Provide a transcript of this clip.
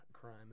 crime